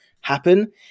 happen